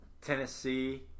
Tennessee